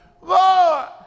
Lord